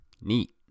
Neat